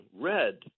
red